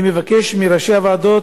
אני מבקש מראשי הוועדות,